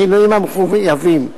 בשינויים המחויבים.